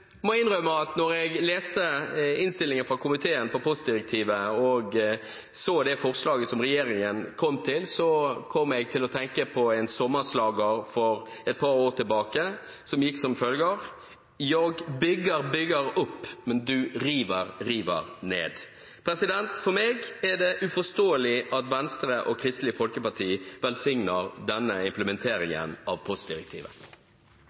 innrømme at da jeg leste innstillingen fra komiteen om postdirektivet og så det forslaget som regjeringen kom med, kom jeg til å tenke på en sommerslager for et par år tilbake, som gikk som følger: «Jag bygger, bygger upp, O du river, river ner.» For meg er det uforståelig at Venstre og Kristelig Folkeparti velsigner denne implementeringen av postdirektivet.